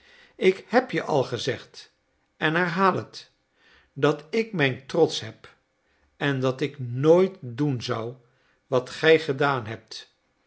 ik heb je al gezegd en herhaal het dat ik mijn trots heb en dat ik nooit doen zou wat gij gedaan hebt